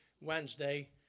Wednesday